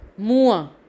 Mua